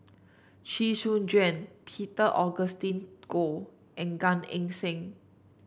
Chee Soon Juan Peter Augustine Goh and Gan Eng Seng